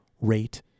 rate